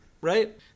right